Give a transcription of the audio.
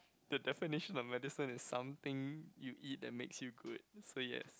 the definition of medicine is something you eat and makes you good so yes